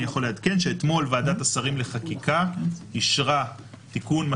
אני יכול לעדכן שאתמול ועדת השרים לחקיקה אישרה הצעת